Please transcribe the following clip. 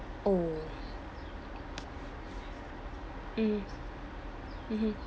oh mm mmhmm